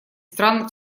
стран